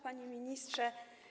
Panie Ministrze!